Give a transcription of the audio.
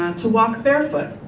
and to walk barefoot.